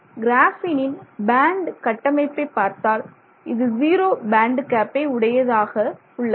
கிராஃபீனின் band கட்டமைப்பை பார்த்தால் இது ஜீரோ பேண்ட் கேப்பை உடையதாக உள்ளது